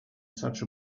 such